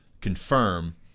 confirm